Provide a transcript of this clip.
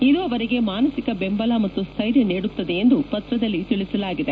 ಇದು ಅವರಿಗೆ ಮಾನಸಿಕ ಬೆಂಬಲ ಮತ್ತು ಸ್ವೈರ್ಯ ನೀಡುತ್ತದೆ ಎಂದು ಪತ್ರದಲ್ಲಿ ತಿಳಿಸಲಾಗಿದೆ